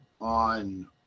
on